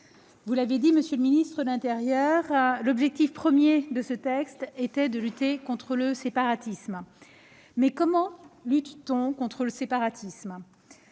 vous l'avez dit, monsieur le ministre de l'intérieur, l'objectif premier de ce texte était de lutter contre le séparatisme. Mais comment y parvenir ?